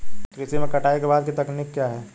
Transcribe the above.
कृषि में कटाई के बाद की तकनीक क्या है?